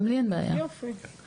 גם לי אין בעיה להוסיף את זה.